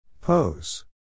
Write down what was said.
Pose